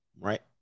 Right